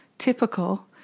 typical